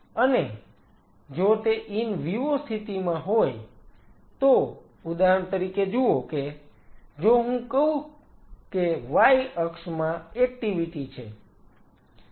અને જો તે ઈન વિવો સ્થિતિમાં હોય તો ઉદાહરણ તરીકે જુઓ કે જો હું કહું કે y અક્ષમાં એક્ટીવીટી છે